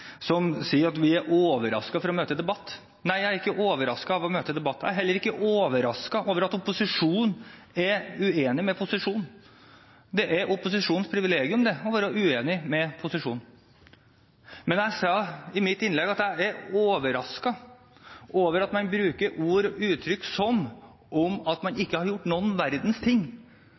er ikke overrasket over å møte debatt. Jeg er heller ikke overrasket over at opposisjonen er uenig med posisjonen. Det er opposisjonens privilegium å være uenig med posisjonen. Men jeg sa i mitt innlegg at jeg er overrasket over at man bruker ord og uttrykk som om man ikke har gjort noen verdens ting.